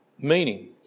meaning